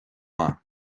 maith